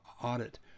audit